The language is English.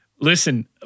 Listen